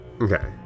Okay